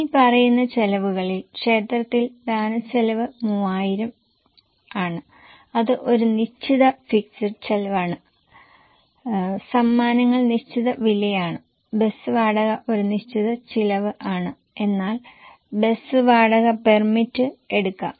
ഇനി പറയുന്ന ചെലവുകളിൽ ക്ഷേത്രത്തിൽ ദാനച്ചെലവ് 3000 ആണ് അത് ഒരു നിശ്ചിത ഫിക്സഡ് ചെലവാണ് സമ്മാനങ്ങൾ നിശ്ചിത വിലയാണ് ബസ് വാടക ഒരു നിശ്ചിത ചിലവ് ആണ് എന്നാൽ ബസ് വാടക പെർമിറ്റ് എടുക്കാം